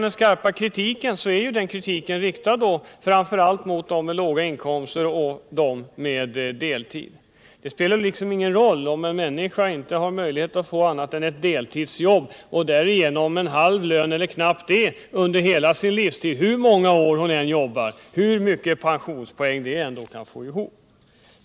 Den skarpa kritiken är riktad framför allt mot pensionen till människor med låga inkomster och med deltid. Det spelar liksom ingen roll, om en människa inte har möjlighet att få annat än ett deltidsjobb och därigenom en halv lön eller knappt det under hela sin livstid, hur många år hon än jobbar och hur många pensionspoäng hon än kan få ihop.